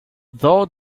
though